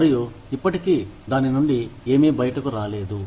మరియు ఇప్పటికీ దాని నుండి ఏమి బయటకు రాలేదు